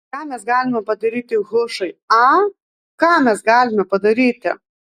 bet ką mes galime padaryti hušai a ką mes galime padaryti